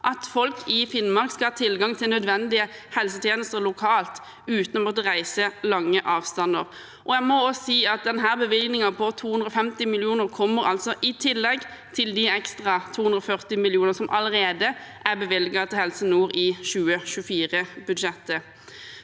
at folk i Finnmark skal ha tilgang til nødvendige helsetjenester lokalt uten å måtte reise lange avstander. Denne bevilgningen på 250 mill. kr kommer altså i tillegg til de ekstra 240 mill. kr som allerede er bevilget til Helse nord i 2024-budsjettet.